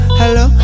hello